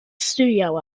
studio